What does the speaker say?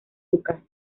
lucas